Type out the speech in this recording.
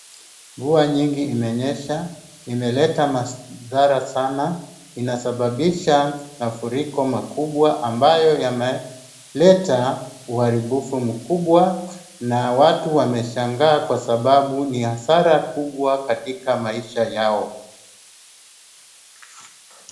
Mvua nyingi imenyesha ,imeleta madhara sana. Inasababisha mafuriko makubwa ambayo yameleta uharibifu mkubwa na watu wameshangaa kwa sababu ni hasara kubwa katika maisha yao.